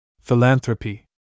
Philanthropy